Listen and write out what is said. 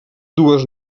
dues